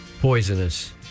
poisonous